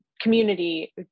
community